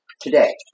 today